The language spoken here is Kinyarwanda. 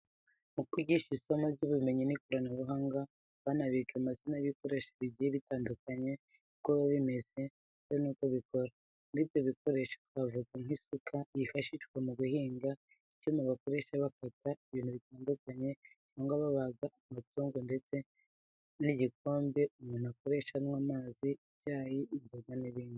Mu kwigisha isomo ry'ubumenyi n'ikoranabuhanga, abana biga amazina y'ibikoresho bigiye bitandukanye, uko biba bimeze ndetse n'uko bikora. Muri ibyo bikoresho twavuga nk'isuka yifashishwa mu guhinga, icyuma bakoresha bakata ibintu bitandukanye cyangwa babaga amatungo ndetse n'igikombe umuntu akoresha anywa amazi, icyayi, inzoga n'ibindi.